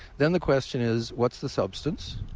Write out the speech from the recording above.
then the question is, what's the substance?